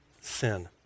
Sin